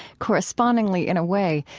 correspondingly in a way,